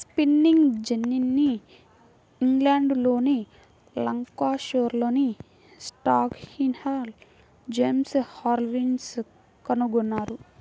spinning జెన్నీని ఇంగ్లండ్లోని లంకాషైర్లోని స్టాన్హిల్ జేమ్స్ హార్గ్రీవ్స్ కనుగొన్నారు